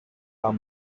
are